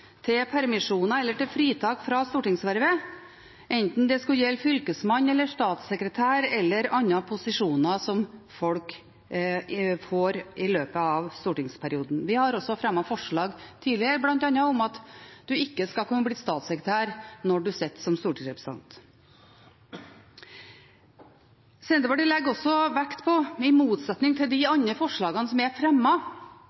permisjoner eller fritak for stortingsvervet, enten det skulle gjelde fylkesmann, statssekretær eller andre posisjoner som folk får i løpet av stortingsperioden. Vi har også fremmet forslag tidligere, bl.a. om at en ikke skal kunne bli statssekretær når en sitter som stortingsrepresentant. Senterpartiet legger også vekt på, i motsetning til de